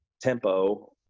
tempo